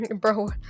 Bro